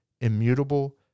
immutable